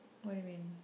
what do you mean